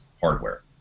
hardware